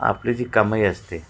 आपली जी कमाई असते